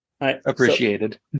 appreciated